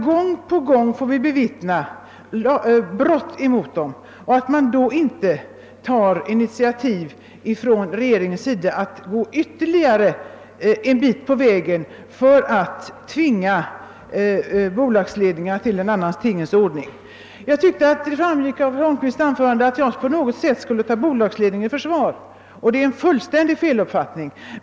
Gång på gång får vi bevittna brott emot dem, och regeringen tar då inte något initiativ att gå ytterligare en bit på vägen för att tvinga bolagsledningarna till en annan tingens ordning. Det framgick av herr Holmqvists anförande att han tyckte att jag på något sätt skulle ta bolagsledningen i försvar. Nej, det är en fullständigt felaktig uppfattning.